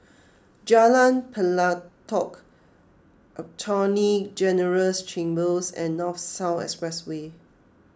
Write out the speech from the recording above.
Jalan Pelatok Attorney General's Chambers and North South Expressway